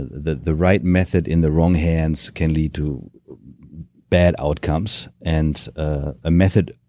the the right method in the wrong hands can lead to bad outcomes. and ah a method,